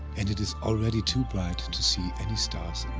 and it is already too bright to see any stars